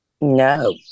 No